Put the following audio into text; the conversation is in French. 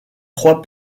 trois